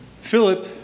Philip